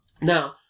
Now